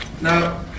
Now